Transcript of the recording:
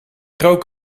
rook